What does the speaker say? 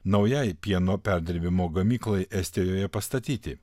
naujai pieno perdirbimo gamyklai estijoje pastatyti